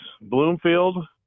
Bloomfield